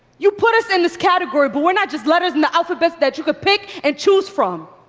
you put us in this category but we're not just letters and the alphabet that you could pick and choose from.